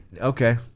Okay